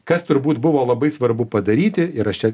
kas turbūt buvo labai svarbu padaryti ir aš čia